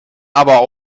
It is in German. aber